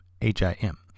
H-I-M